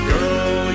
Girl